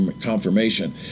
confirmation